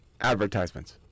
advertisements